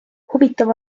huvitav